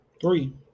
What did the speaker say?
Three